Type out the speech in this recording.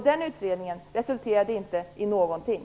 Den utredningen resulterade inte i någonting.